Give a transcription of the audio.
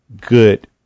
Good